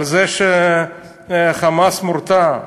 על זה ש"חמאס" מורתע?